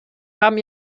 haben